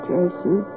Jason